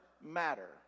matter